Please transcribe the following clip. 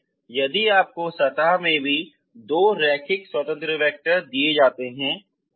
इसलिए यदि आपको सतह में भी दो रैखिक स्वतंत्र वैक्टर दिए जाते हैं